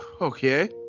Okay